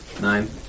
Nine